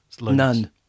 None